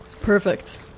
perfect